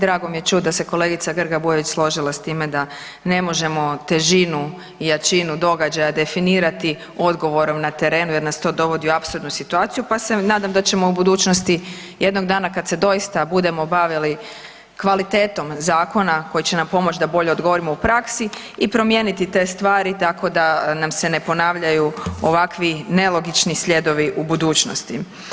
Drago mi je čuti da se kolegica Grba Bujević složila s time da ne možemo težinu i jačinu događaja definirati odgovorom na terenu jer nas to dovodi u apsurdnu situaciju pa se nadam da ćemo u budućnosti jednog dana kada se doista budemo bavili kvalitetom zakona koji će nam pomoći da bolje odgovorimo u praksi i promijeniti te stvari tako da nam se ne ponavljaju ovakvi nelogični sljedovi u budućnosti.